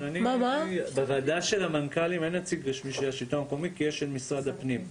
כי יש נציג של משרד הפנים.